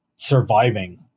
surviving